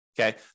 Okay